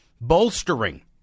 bolstering